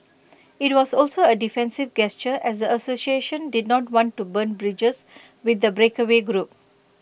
IT was also A defensive gesture as the association did not want to burn bridges with the breakaway group